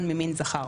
והנילון ממין זכר,